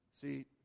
See